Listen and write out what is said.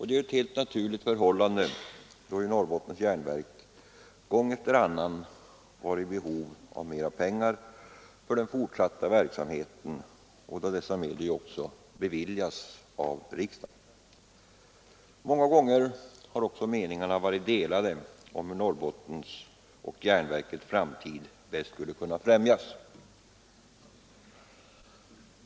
Det är ett helt naturligt förhållande, då Norrbottens järnverk gång efter annan varit i behov av mer pengar för den fortsatta verksamheten, och dessa medel beviljats av riksdagen. Många gånger har meningarna varit delade om hur Norrbottens och järnverkets framtid bäst skulle kunna främjas.